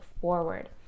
forward